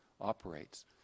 operates